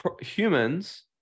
humans